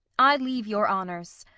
i leave your honours.